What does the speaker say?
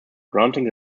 granting